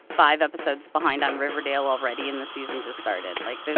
five episodes behind on riverdale already, and the season just started like,